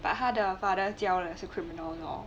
but 他的 father 教的是 criminal law